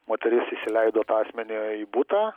moteris įsileido tą asmenį į butą